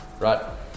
right